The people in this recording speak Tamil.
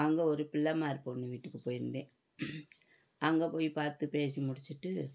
அங்கே ஒரு பிள்ளைமார் பொண்ணு வீட்டுக்கு போயிருந்தேன் அங்கே போய் பார்த்து பேசி முடிச்சுட்டு